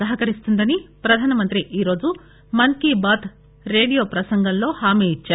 సహకరిస్తుందని ప్రధానమంత్రి ఈ రోజు మన్ కీ బాత్ రేడియో ప్రసంగం లో హామీ ఇచ్చారు